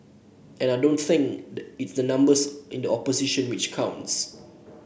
and I don't think it's the numbers in the opposition which counts